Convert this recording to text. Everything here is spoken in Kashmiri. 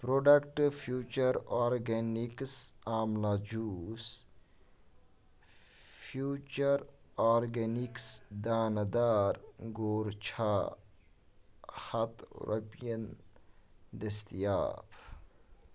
product future organics amla juice future organics دانہٕ دار غور چھا ہَتھ رۄپیَن دٔستِیاب